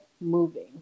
moving